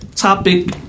Topic